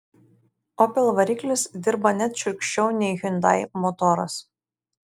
opel variklis dirba net šiurkščiau nei hyundai motoras